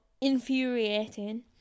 infuriating